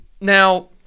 now